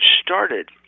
started